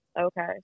Okay